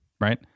right